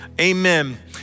Amen